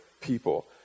people